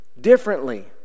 differently